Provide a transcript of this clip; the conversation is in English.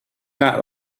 not